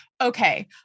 okay